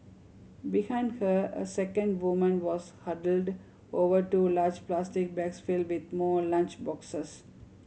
behind her a second woman was huddled over two large plastic bags filled with more lunch boxes